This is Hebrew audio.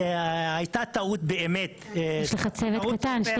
הייתה טעות באמת --- יש לך צוות קטן שני